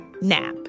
NAP